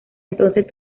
entonces